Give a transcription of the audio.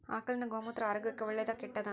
ಆಕಳಿನ ಗೋಮೂತ್ರ ಆರೋಗ್ಯಕ್ಕ ಒಳ್ಳೆದಾ ಕೆಟ್ಟದಾ?